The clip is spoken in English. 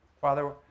Father